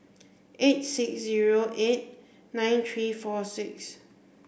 eight six zero eight nine three four six